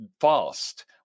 fast